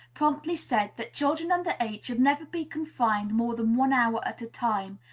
promptly said that children under eight should never be confined more than one hour at a time,